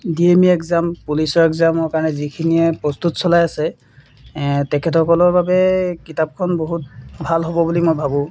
D M E exam পুলিচৰ এগ্জামৰ কাৰণে যিখিনিয়ে প্ৰস্তুত চলাই আছে তেখেতসকলৰ বাবে কিতাপখন বহুত ভাল হ'ব বুলি মই ভাবোঁ